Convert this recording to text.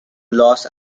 los